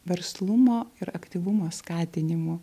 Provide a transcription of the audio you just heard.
verslumo ir aktyvumo skatinimu